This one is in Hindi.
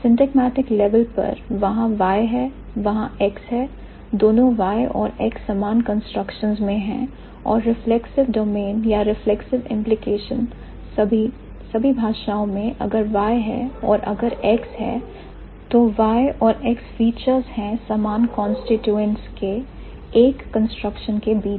Syntagmatic level पर वहां Y है वहां X है दोनों Y और X समान कंस्ट्रक्शन में है और reflexive domain या reflexive implication सभी भाषाओं में अगर Y है और अगर X है तो Y और X फीचर्स है समान कांस्टीट्यूएंट के एक कंस्ट्रक्शन के बीच